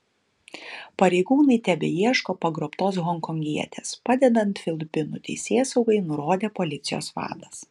pareigūnai tebeieško pagrobtos honkongietės padedant filipinų teisėsaugai nurodė policijos vadas